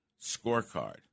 scorecard